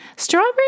Strawberry